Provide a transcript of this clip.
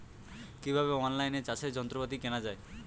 কিভাবে অন লাইনে চাষের যন্ত্রপাতি কেনা য়ায়?